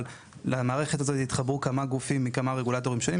אבל למערכת הזאת התחברו כמה גופים מכמה רגולטורים שונים.